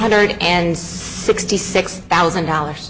hundred and sixty six thousand dollars